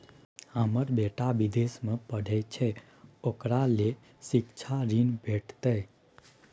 हमर बेटा विदेश में पढै छै ओकरा ले शिक्षा ऋण भेटतै?